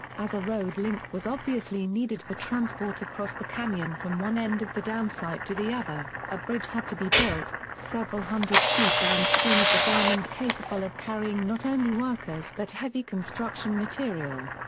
as a road link was obviously needed for transport across the canyon from one end of the dam site to the other, a bridge had to be built, several hundred feet downstream of the dam and capable of carrying not only workers but heavy construction material.